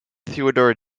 theodore